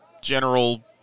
general